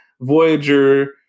Voyager